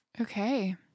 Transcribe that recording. Okay